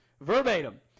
verbatim